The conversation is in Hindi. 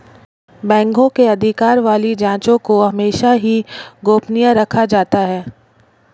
बैंकों के अधिकार वाली जांचों को हमेशा ही गोपनीय रखा जाता है